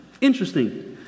Interesting